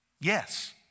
yes